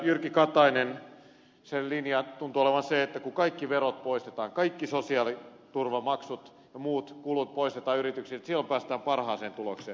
jyrki kataisen linja tuntuu olevan se että kun kaikki verot poistetaan kaikki sosiaaliturvamaksut ja muut kulut poistetaan yrityksiltä silloin päästään parhaaseen tulokseen